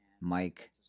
Mike